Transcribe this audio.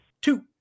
two